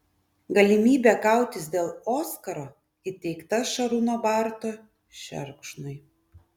galimybė kautis dėl oskaro įteikta šarūno barto šerkšnui